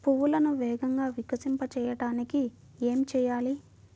పువ్వులను వేగంగా వికసింపచేయటానికి ఏమి చేయాలి?